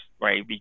right